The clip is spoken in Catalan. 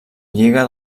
lliga